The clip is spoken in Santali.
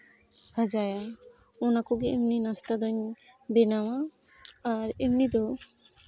ᱵᱷᱟᱡᱟᱭᱟ ᱚᱱᱟ ᱠᱚᱜᱮ ᱮᱢᱱᱤ ᱱᱟᱥᱛᱟ ᱫᱚᱧ ᱵᱮᱱᱟᱣᱟ ᱟᱨ ᱮᱢᱱᱤ ᱫᱚ